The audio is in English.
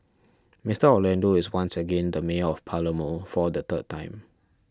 Mister Orlando is once again the mayor of Palermo for the third time